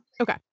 Okay